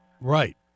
Right